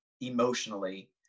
emotionally